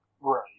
Right